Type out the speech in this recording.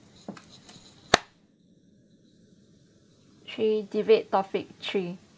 okay debate topic three